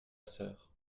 sœur